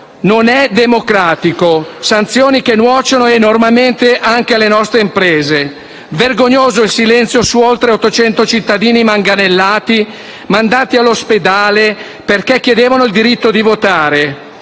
non democratico; sanzioni che nuocciono enormemente anche alle nostre imprese. Vergognoso è il silenzio su oltre 800 cittadini manganellati, mandati all'ospedale perché chiedevano il diritto di votare.